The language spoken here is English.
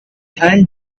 hand